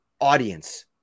audience –